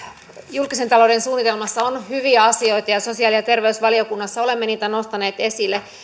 julkisen talouden suunnitelmassa on hyviä asioita ja sosiaali ja terveysvaliokunnassa olemme niitä nostaneet esille